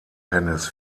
tennis